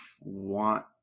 want